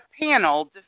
panel